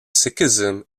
sikhism